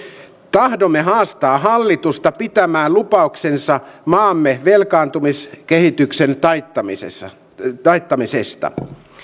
tahdomme haastaa hallitusta pitämään lupauksensa maamme velkaantumiskehityksen taittamisesta taittamisesta